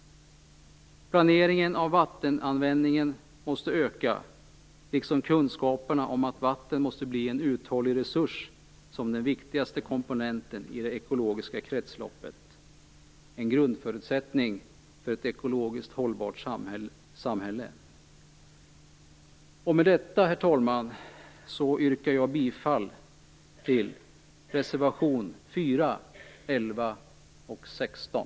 Planeringen av vattenanvändningen måste öka, liksom kunskaperna om att vatten, som den viktigaste komponenten i det ekologiska kretsloppet, måste bli en uthållig resurs. Det är en grundförutsättning för ett ekologiskt hållbart samhälle. Med detta, herr talman, yrkar jag bifall till reservationerna 4, 11 och 16.